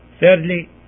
Thirdly